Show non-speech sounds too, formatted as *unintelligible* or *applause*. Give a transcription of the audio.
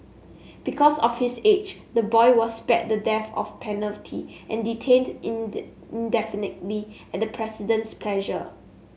because of his age the boy was spared the death of penalty and detained *unintelligible* indefinitely at the president's pleasure